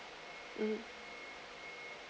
um